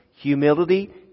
Humility